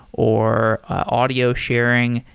or audio sharing.